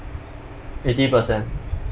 eighty percent